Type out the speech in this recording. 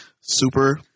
super